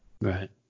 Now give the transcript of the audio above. Right